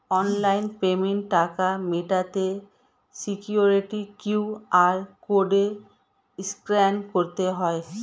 online পেমেন্টে টাকা মেটাতে সিকিউরিটি কিউ.আর কোড স্ক্যান করতে হয়